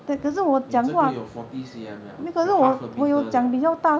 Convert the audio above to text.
你这个有 forty C_M leh 有 half a metre 了